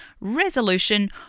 resolution